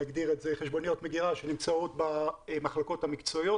חשבוניות מגירה שנמצאות במחלקות המקצועיות.